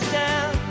down